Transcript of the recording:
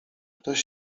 ktoś